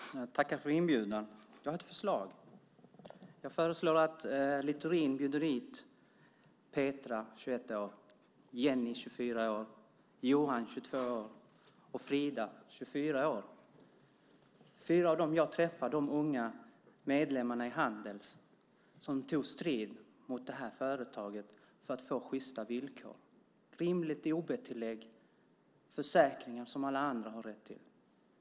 Herr talman! Tack för inbjudan, ministern! Jag har ett förslag. Jag föreslår att Littorin bjuder dit Petra, 21 år, Jenny, 24 år, Johan, 22 år och Frida, 24 år. De är fyra av de unga medlemmar i Handels som jag träffade och som tog strid mot detta företag för att få sjysta villkor som rimligt ob-tillägg och försäkringar som alla andra har rätt till.